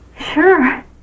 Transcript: Sure